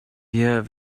wir